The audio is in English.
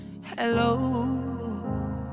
hello